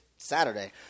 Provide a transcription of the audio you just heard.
Saturday